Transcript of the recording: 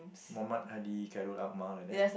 Muhamad Hadi Khairul Akmar like that